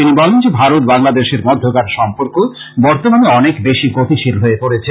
তিনি বলেন যে ভারত বাংলাদেশের মধ্যেকার সম্পর্ক বর্তমানে অনেক বেশি গতিশীল হয়ে পড়েছে